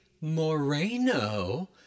Moreno